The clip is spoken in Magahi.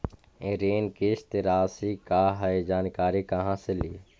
ऋण किस्त रासि का हई जानकारी कहाँ से ली?